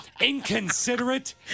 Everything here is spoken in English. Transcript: inconsiderate